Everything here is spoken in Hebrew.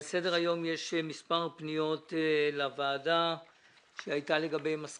על סדר היום יש מספר פניות לוועדה לגביהן הייתה